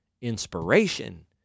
inspiration